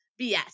BS